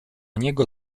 niego